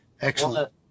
excellent